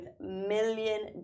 million